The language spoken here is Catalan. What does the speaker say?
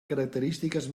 característiques